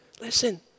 listen